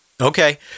Okay